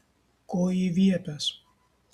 ko ji viepias